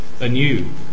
anew